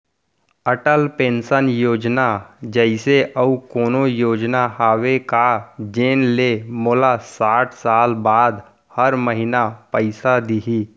Atal pension Yojana जइसे अऊ कोनो योजना हावे का जेन ले मोला साठ साल बाद हर महीना पइसा दिही?